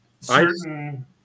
Certain